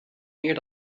meer